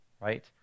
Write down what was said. right